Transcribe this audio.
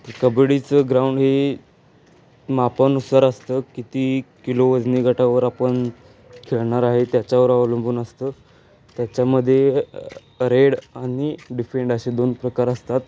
कबड्डीचं ground हे मापानुसार असतं किती किलो वजनीगटावर आपण खेळणार आहे त्याच्यावर अवलंबून असतं त्याच्यामध्ये रेड आणि डिफेंड असे दोन प्रकार असतात